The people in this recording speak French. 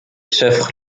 chefs